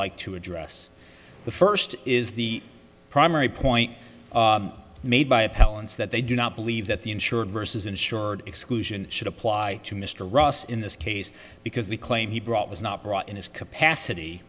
like to address the first is the primary point made by appellants that they do not believe that the insured vs insured exclusion should apply to mr ross in this case because the claim he brought was not brought in his capacity